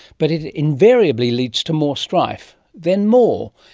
but it invariably leads to more strife, then more,